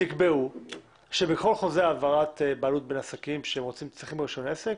תקבעו שבכל חוזה העברת בעלות בין עסקים כשהם צריכים רישיון עסק,